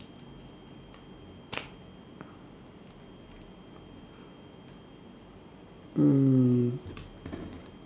mm